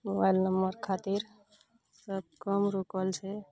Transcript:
mobile नम्मर खातिर सब कम रुकल छै